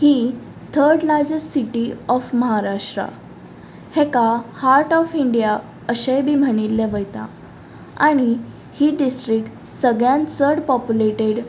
he third largest city of Maharashtra हेका heart of India अशेंय बी म्हणिल्लें वयता आनी ही डिस्ट्रीक्ट सगळ्यान चड पॉपुलेडेट